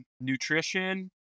nutrition